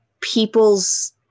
people's